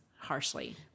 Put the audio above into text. harshly